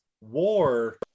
War